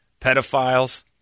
pedophiles